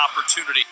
opportunity